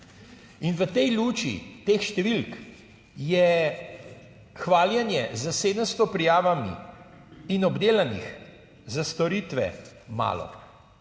In v tej luči teh številk je hvaljenje s 700 prijavami in obdelanih za storitve malo,